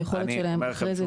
היכולת שלהם אחרי זה,